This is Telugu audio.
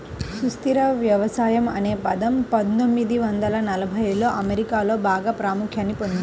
సుస్థిర వ్యవసాయం అనే పదం పందొమ్మిది వందల ఎనభైలలో అమెరికాలో బాగా ప్రాముఖ్యాన్ని పొందింది